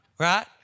Right